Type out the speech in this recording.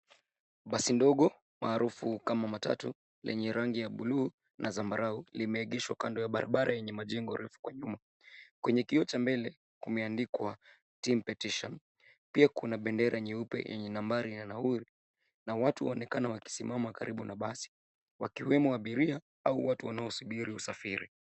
Basi ndogo maarufu kama matatu lenye rangi ya buluu na zambarau limeegeshwa kando ya barbara yenye majengo refu kwa nyuma kwenye kioo cha mbele kumeandikwa team petition pia kuna bendera nyeupe yenye nambari ya nauri na watu waonekana wakisimama karibu na basi wakiwemo abiria au watu wanaosubiri usafiri.